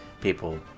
People